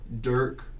Dirk